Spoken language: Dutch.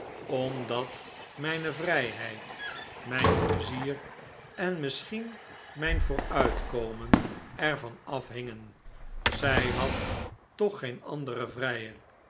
omdat mijne vrijheid mijn pleizier en misschien mijn vooruitkomen er vanafhingen zy had toch geen anderen vrijer